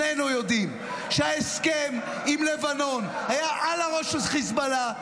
שנינו יודעים שההסכם עם לבנון היה על הראש של חיזבאללה,